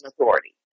authority